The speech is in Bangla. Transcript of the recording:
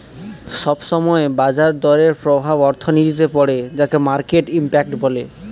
সব সময় বাজার দরের প্রভাব অর্থনীতিতে পড়ে যাকে মার্কেট ইমপ্যাক্ট বলে